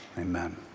Amen